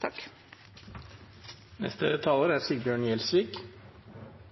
Den grunnleggende oppgaven som politiet skal bidra til, er